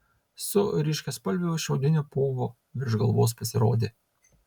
su ryškiaspalviu šiaudiniu povu virš galvos pasirodė